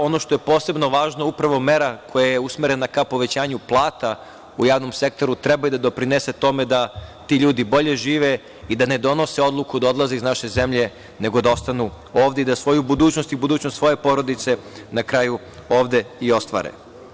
Ono što je posebno važno, upravo mera koja je usmerena ka povećanju plata u javnom sektoru treba i da doprinese tome da ti ljudi bolje žive i da ne donose odluku da odlaze iz naše zemlje, nego da ostanu ovde i da svoju budućnost i budućnost svoje porodice na kraju ovde i ostvare.